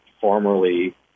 formerly